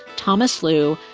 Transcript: thomas flew,